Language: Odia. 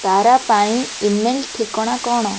ତାରା ପାଇଁ ଇମେଲ୍ ଠିକଣା କ'ଣ